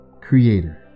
Creator